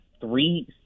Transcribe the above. three